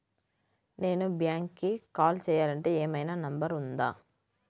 నేను బ్యాంక్కి కాల్ చేయాలంటే ఏమయినా నంబర్ ఉందా?